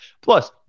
Plus